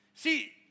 See